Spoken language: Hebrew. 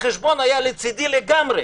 החשבון היש לצדי לגמרי